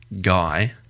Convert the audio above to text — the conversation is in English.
guy